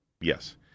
Yes